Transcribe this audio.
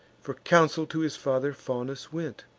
for counsel to his father faunus went,